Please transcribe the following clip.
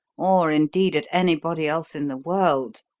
or, indeed, at anybody else in the world.